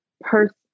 person